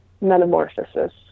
metamorphosis